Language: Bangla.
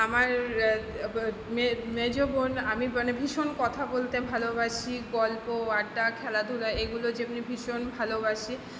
আমার মেজো বোন আমি মানে ভীষণ কথা বলতে ভালোবাসি গল্প আড্ডা খেলাধুলা এগুলো যেমনি ভীষণ ভালোবাসি